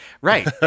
Right